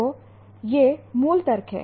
तो यह मूल तर्क है